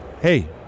hey